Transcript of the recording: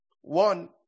One